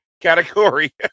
category